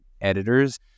editors